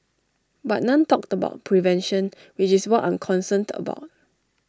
but none talked about prevention which is what I'm concerned about